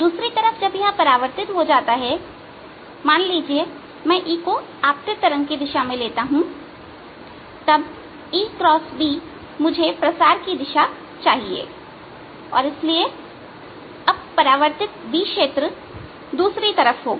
दूसरी तरफ जब यह परावर्तित हो जाता है मान लीजिए मैं E को आपतित तरंग की ही दिशा में लेता हूं तब E x B मुझे प्रसार की दिशा देना चाहिए और इसलिएअब परावर्तित B क्षेत्र दूसरी तरफ होगा